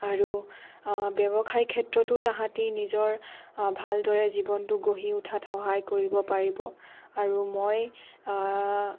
আৰু ব্যৱসায় ক্ষেত্ৰতো তাহাঁতে নিজৰ ভালদৰে জীৱনটো গঢ়ি উঠাত সহায় কৰিব পাৰিব আৰু মই